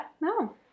No